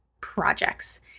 projects